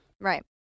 right